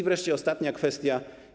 Wreszcie ostatnia kwestia.